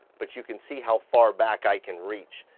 but you can see how far back i can reach.